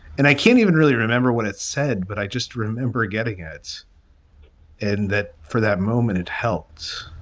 and i can't even really remember what it said, but i just remember getting ads and that for that moment, it helps.